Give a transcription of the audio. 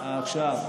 השר, יש פתרון.